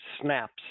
snaps